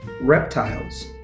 Reptiles